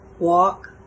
walk